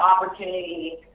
opportunity